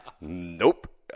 Nope